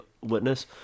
witness